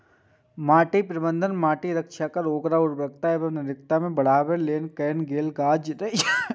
माटि प्रबंधन माटिक रक्षा आ ओकर उर्वरता आ यांत्रिकी कें बढ़ाबै लेल कैल गेल काज छियै